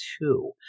Two